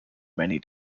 many